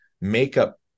makeup